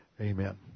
Amen